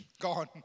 Gone